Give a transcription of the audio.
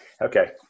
okay